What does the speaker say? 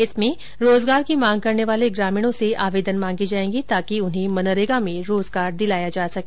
इसमें रोजगार की मांग करने वाले ग्रामीणों से आवेदन मांगे जायेंगे ताकि उन्हें मनरेगा में रोजगार दिलाया जा सके